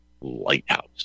Lighthouse